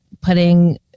putting